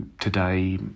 today